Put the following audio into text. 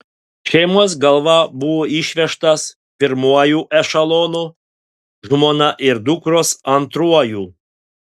šeimos galva buvo išvežtas pirmuoju ešelonu žmona ir dukros antruoju